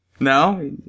No